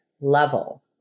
level